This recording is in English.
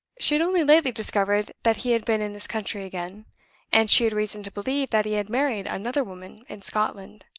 she had only lately discovered that he had been in this country again and she had reason to believe that he had married another woman in scotland.